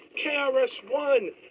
KRS-One